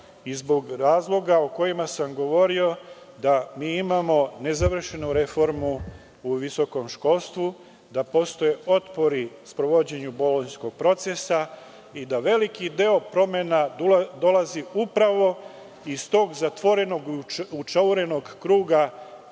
i zbog razloga o kojima sam govorio, da mi imamo nezavršenu reformu u visokom školstvu, da postoje otpori u sprovođenju bolonjskog procesa i da veliki deo promena dolazi upravo iz tog zatvorenog učaurenog kruga,